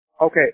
okay